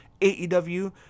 AEW